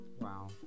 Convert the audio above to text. Wow